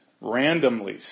randomly